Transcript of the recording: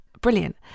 brilliant